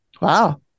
Wow